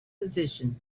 position